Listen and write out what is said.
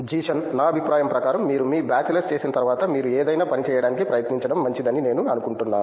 జీషన్ నా అభిప్రాయం ప్రకారం మీరు మీ బాచిలర్స్ చేసిన తర్వాత మీరు ఏదైనా పని చేయడానికి ప్రయత్నించడం మంచిది అని నేను అనుకుంటున్నాను